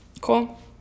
Cool